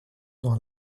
dans